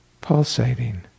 pulsating